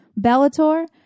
Bellator